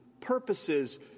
purposes